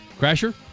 Crasher